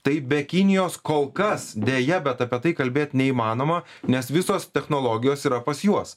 tai be kinijos kol kas deja bet apie tai kalbėt neįmanoma nes visos technologijos yra pas juos